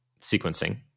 sequencing